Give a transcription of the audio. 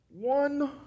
One